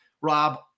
rob